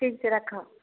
ठीके छै राखह